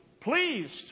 pleased